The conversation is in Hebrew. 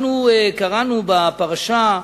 אנחנו קראנו בפרשה: